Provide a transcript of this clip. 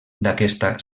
d’aquesta